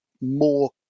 more